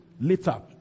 later